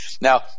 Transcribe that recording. Now